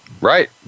Right